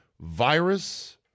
Virus